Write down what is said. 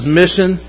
mission